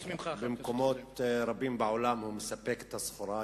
במקומות רבים בעולם, מספק את הסחורה.